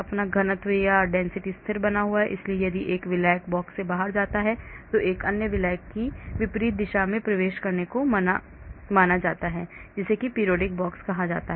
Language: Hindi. इतना घनत्व स्थिर बना हुआ है इसलिए यदि एक विलायक बॉक्स से बाहर जाता है तो एक अन्य विलायक को विपरीत दिशा से प्रवेश करने के लिए माना जाता है जिसे periodic box कहा जाता है